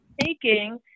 taking